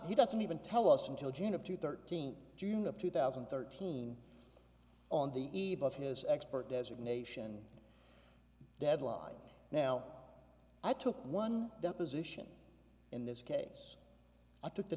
he doesn't even tell us until june of two thirteen june of two thousand and thirteen on the eve of his expert designation deadline now i took one deposition in this case i took the